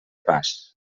pas